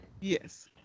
Yes